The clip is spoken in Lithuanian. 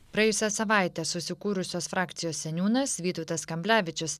praėjusią savaitę susikūrusios frakcijos seniūnas vytautas kamblevičius